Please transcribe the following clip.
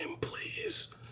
please